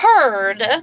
heard